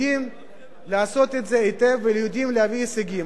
יודעים לעשות את זה היטב ויודעים להביא הישגים.